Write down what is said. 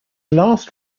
last